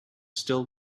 still